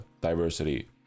diversity